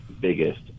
biggest